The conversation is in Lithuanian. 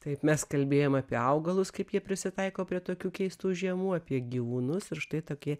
taip mes kalbėjom apie augalus kaip jie prisitaiko prie tokių keistų žiemų apie gyvūnus ir štai tokie